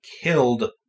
killed